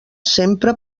sempre